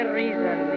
reason